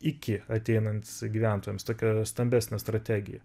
iki ateinant gyventojams tokia stambesnė strategija